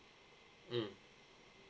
mm